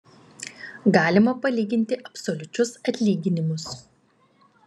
galima palyginti absoliučius atlyginimus